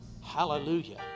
hallelujah